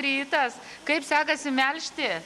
rytas kaip sekasi melžti